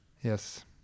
Yes